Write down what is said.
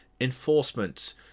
Enforcement